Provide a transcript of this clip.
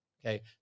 okay